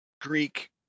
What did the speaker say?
Greek